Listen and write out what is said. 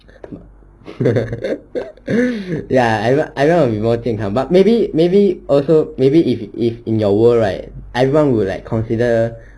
ya ah ah kind of reward thing but maybe maybe also maybe if if in your world right everyone would like consider